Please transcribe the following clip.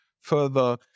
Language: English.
further